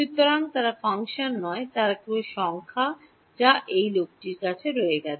সুতরাং তারা ফাংশন নয় তারা কেবল সংখ্যা যা এই লোকটি রয়ে গেছে